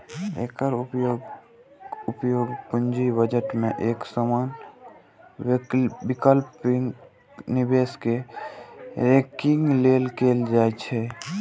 एकर उपयोग पूंजी बजट मे एक समान वैकल्पिक निवेश कें रैंकिंग लेल कैल जाइ छै